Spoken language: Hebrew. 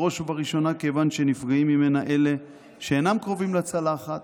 בראש ובראשונה כיוון שנפגעים ממנה אלה שאינם קרובים לצלחת,